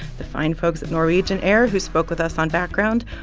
the fine folks at norwegian air who spoke with us on background,